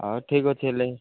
ହଉ ଠିକ୍ ଅଛି ହେଲେ